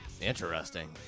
interesting